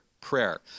prayer